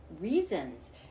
reasons